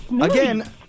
Again